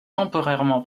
temporairement